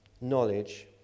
knowledge